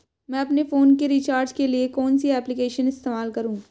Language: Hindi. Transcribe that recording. मैं अपने फोन के रिचार्ज के लिए कौन सी एप्लिकेशन इस्तेमाल करूँ?